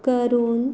करून